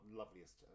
loveliest